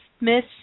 Miss